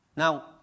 Now